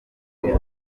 uyu